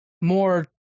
more